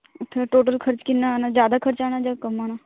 ਉੱਥੇ ਦਾ ਟੋਟਲ ਖ਼ਰਚ ਕਿੰਨਾਂ ਆਉਣਾ ਜ਼ਿਆਦਾ ਖ਼ਰਚ ਆਉਣਾ ਜਾਂ ਘੱਟ ਆਉਣਾ